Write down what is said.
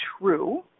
true